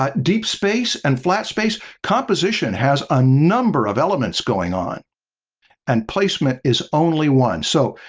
ah deep space and flat space. composition has a number of elements going on and placement is only one. so,